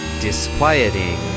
disquieting